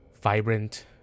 vibrant